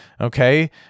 Okay